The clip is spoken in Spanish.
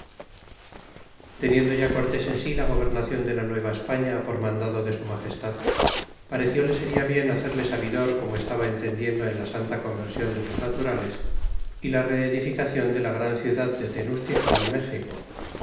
teniendo ya cortés en si la gobernacion de la nueva españa por mandado de su magestad parecióle seria bien hacerle sabidor como estaba entendiendo en la santa conversion de los naturales y la reedificacion de la gran ciudad de tenustitlan méxico